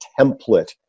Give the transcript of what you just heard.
template